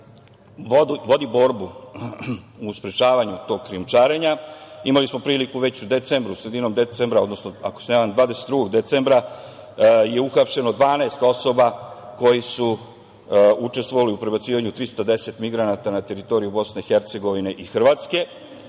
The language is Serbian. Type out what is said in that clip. vodi borbu u sprečavanju tog krijumčarenja. Imali smo priliku već u decembru, sredinom decembra, odnosno ako se ne varam 22. decembra je uhapšeno 12 osoba koje su učestvovale u prebacivanju 310 migranata na teritoriju Bosne i Hercegovine i Hrvatske.